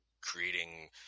creating